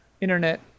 internet